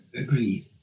agreed